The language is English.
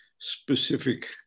specific